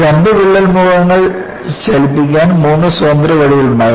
രണ്ടു വിള്ളൽ മുഖങ്ങൾ ചലിപ്പിക്കാൻ മൂന്ന് സ്വതന്ത്ര വഴികളുണ്ടാകാം